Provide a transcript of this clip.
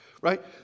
right